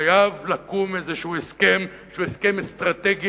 חייב לקום איזה הסכם שהוא הסכם אסטרטגי